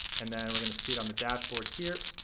and then we're gonna see it on the dashboard here.